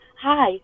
hi